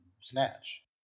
snatch